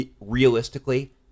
realistically